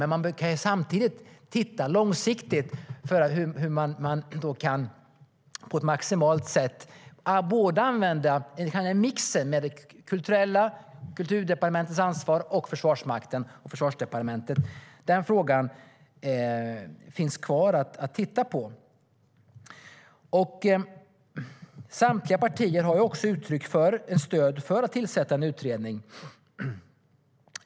Men man kan samtidigt titta långsiktigt på hur man på ett maximalt sätt kan få en mix med både det kulturella, som är Kulturdepartementets ansvar, och Försvarsmakten och Försvarsdepartementet. Den frågan finns kvar att titta på. Samtliga partier har uttryckt stöd för att tillsätta en utredning.